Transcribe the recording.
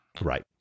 Right